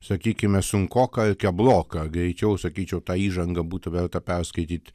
sakykime sunkoka kebloka greičiau sakyčiau tą įžangą būtų verta perskaityt